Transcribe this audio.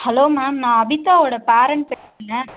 hello ma'am நான் அபிதாவோடய parent பேசுகிறேங்க